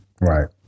Right